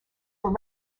were